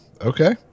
Okay